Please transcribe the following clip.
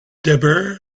deborah